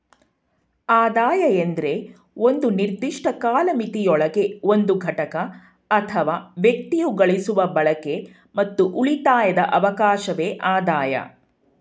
ಆದಾಯ ಎಂದ್ರೆ ಒಂದು ನಿರ್ದಿಷ್ಟ ಕಾಲಮಿತಿಯೊಳಗೆ ಒಂದು ಘಟಕ ಅಥವಾ ವ್ಯಕ್ತಿಯು ಗಳಿಸುವ ಬಳಕೆ ಮತ್ತು ಉಳಿತಾಯದ ಅವಕಾಶವೆ ಆದಾಯ